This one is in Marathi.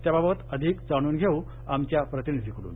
त्याबाबत अधिक जाणून घेऊ आमच्या प्रतिनिधिकडून